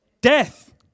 Death